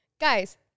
Guys